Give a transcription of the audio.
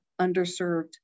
underserved